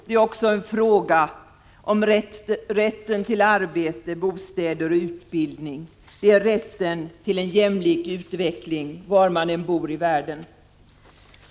Det är också en fråga om rätten till arbete, bostäder och utbildning. Det är rätten till en jämlik utveckling var man än bor i världen.